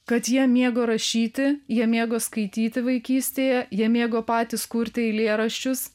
kad jie mėgo rašyti jie mėgo skaityti vaikystėje jie mėgo patys kurti eilėraščius